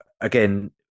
again